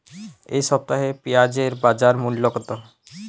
এ সপ্তাহে পেঁয়াজের বাজার মূল্য কত?